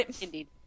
Indeed